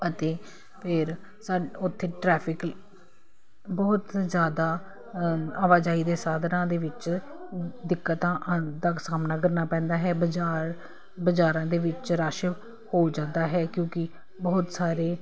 ਅਤੇ ਫਿਰ ਉਥੇ ਟਰੈਫਿਕ ਬਹੁਤ ਜਿਆਦਾ ਆਵਾਜਾਈ ਦੇ ਸਾਧਨਾਂ ਦੇ ਵਿੱਚ ਦਿੱਕਤ ਆਣ ਤੱਕ ਸਾਹਮਣਾ ਕਰਨਾ ਪੈਂਦਾ ਹੈ ਬਾਜ਼ਾਰ ਬਾਜ਼ਾਰਾਂ ਦੇ ਵਿੱਚ ਰਸ਼ ਹੋ ਜਾਂਦਾ ਹੈ ਕਿਉਂਕਿ ਬਹੁਤ ਸਾਰੇ